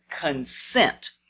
consent